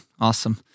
Awesome